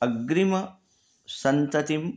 अग्रिमसन्ततिं